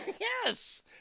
Yes